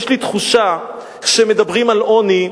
יש לי תחושה שכשמדברים על עוני,